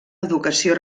educació